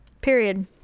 Period